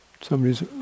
Somebody's